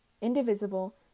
indivisible